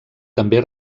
també